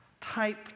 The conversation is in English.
type